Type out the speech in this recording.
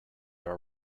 are